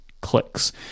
clicks